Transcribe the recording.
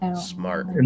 smart